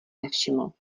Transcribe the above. nevšiml